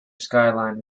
skyline